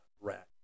Rat